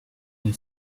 une